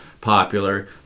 popular